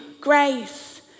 Grace